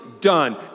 done